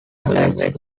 language